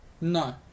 no